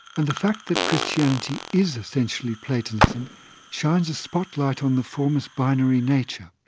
and the fact that christianity is essentially platonism shines a spotlight on the former's binary nature,